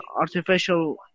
artificial